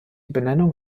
benennung